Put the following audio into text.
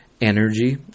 energy